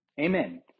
Amen